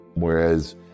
Whereas